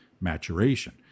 maturation